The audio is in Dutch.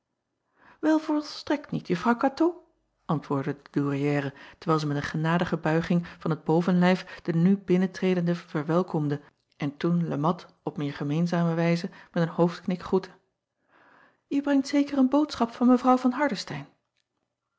el volstrekt niet uffrouw atoo antwoordde de ouairière terwijl zij met een genadige buiging van t bovenlijf de nu binnentredende verwelkomde en toen e at op meer gemeenzame wijze met een hoofdknik groette e brengt zeker een boodschap van evrouw van